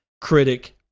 critic